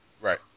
Right